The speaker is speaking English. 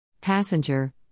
Passenger